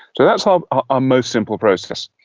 so that's our ah most simple process.